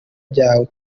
byawe